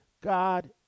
God